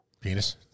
Penis